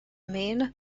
mean